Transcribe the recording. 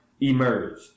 emerged